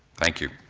thank you.